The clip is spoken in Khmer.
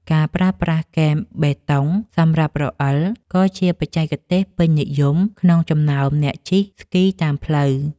ការប្រើប្រាស់គែមបេតុង សម្រាប់រអិល ក៏ជាបច្ចេកទេសពេញនិយមក្នុងចំណោមអ្នកជិះស្គីតាមផ្លូវ។